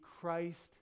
Christ